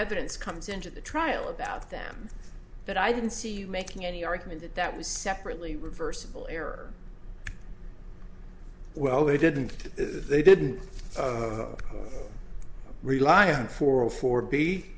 evidence comes into the trial about them but i didn't see you making any argument that that was separately reversible error well they didn't they didn't rely on for a for